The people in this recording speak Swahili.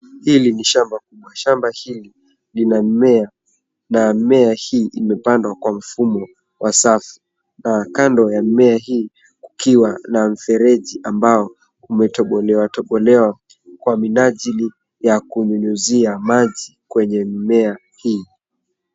Hili ni shamba kubwa. Shamba hili lina mimea na mimea hii imepandwa kwa mfumo wa safu na kando ya mimea hii kukiwa na mfereji ambao umetobolewatobolewa kwa minajili ya kunyunyuzia maji kwenye mimea hii.